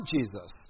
Jesus